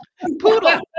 poodle